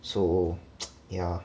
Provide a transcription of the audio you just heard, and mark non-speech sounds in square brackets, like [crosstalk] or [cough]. so [noise] yeah